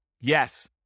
Yes